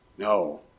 No